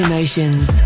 Emotions